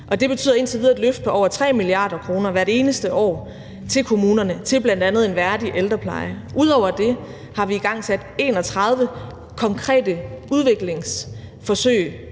det betyder indtil videre et løft på over 3 mia. kr. hvert eneste år til kommunerne, til bl.a. en værdig ældrepleje. Ud over det har vi igangsat 31 konkrete udviklingsforsøg